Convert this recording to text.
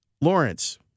Lawrence